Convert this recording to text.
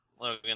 Logan